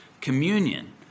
communion